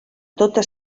tota